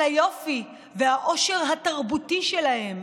על היופי והעושר התרבותי שלהם,